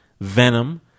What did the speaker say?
Venom